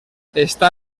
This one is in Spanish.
está